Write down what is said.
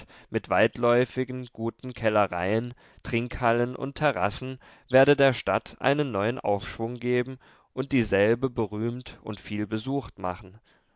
mit weitläufigen guten kellereien trinkhallen und terrassen werde der stadt einen neuen aufschwung geben und dieselbe berühmt und vielbesucht machen